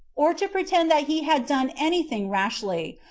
or to pretend that he had done any thing rashly,